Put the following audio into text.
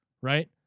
right